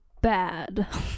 Bad